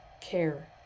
care